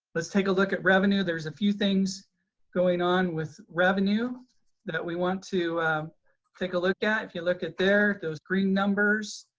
let's take a look at revenue. there's a few things going on with revenue that we want to take a look at. if you look at there, those green numbers,